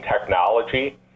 technology